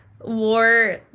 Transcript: war